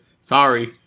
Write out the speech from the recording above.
Sorry